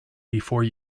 before